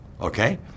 okay